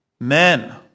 Men